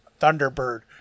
Thunderbird